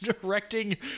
directing